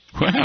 Wow